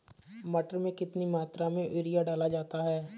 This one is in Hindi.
मटर में कितनी मात्रा में यूरिया डाला जाता है?